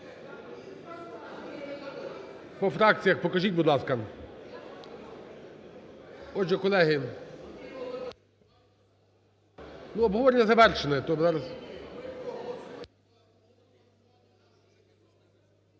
По фракціях покажіть, будь ласка. Отже, колеги, обговорення завершене.